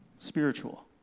spiritual